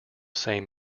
same